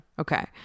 Okay